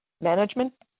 management